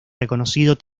reconocido